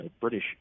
British